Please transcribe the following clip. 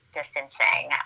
distancing